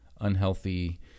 unhealthy